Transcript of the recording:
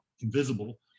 invisible